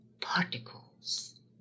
particles